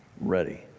ready